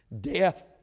death